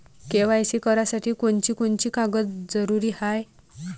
KYC करासाठी कोनची कोनची कागद जरुरी हाय?